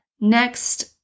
Next